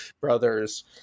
brothers